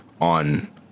on